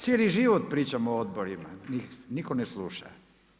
Cijeli život pričamo o odborima, nitko ne sluša.